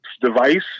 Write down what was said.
device